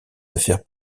affaires